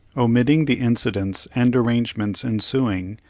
omitting the incidents and arrangements ensuing,